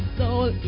soul